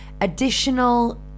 additional